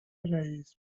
رئیس